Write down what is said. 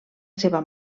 seva